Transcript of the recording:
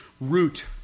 root